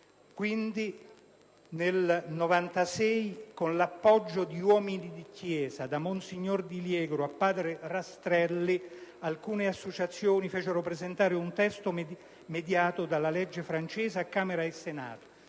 Quindi, nel 1996, con l'appoggio di uomini di Chiesa, da monsignor Di Liegro a padre Rastrelli, alcune associazioni fecero presentare un testo mutuato dalla legge francese a Camera e Senato.